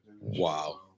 Wow